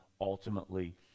ultimately